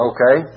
Okay